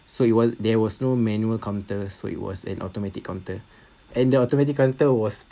so it was there was no manual counters so it was an automatic counter and the automatic counter was